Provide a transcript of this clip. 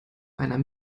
einer